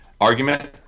argument